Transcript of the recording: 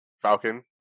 Falcon